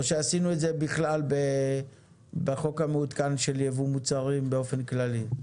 או שעשינו את זה בכלל בחוק המעודכן של ייבוא מוצרים באופן כללי?